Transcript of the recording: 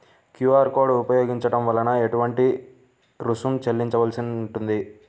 QR code ఉపయోగించటం వలన ఏటువంటి రుసుం చెల్లించవలసి ఉంటుంది?